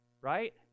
Right